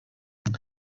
abo